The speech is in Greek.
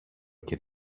και